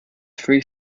three